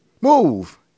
Move